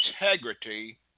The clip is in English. integrity